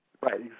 Right